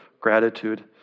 gratitude